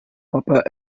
papa